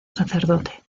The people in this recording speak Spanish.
sacerdote